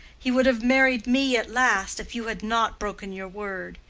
he would have married me at last, if you had not broken your word.